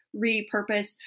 repurpose